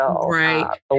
Right